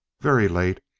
very late,